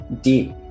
deep